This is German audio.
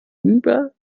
über